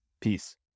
Peace